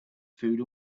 food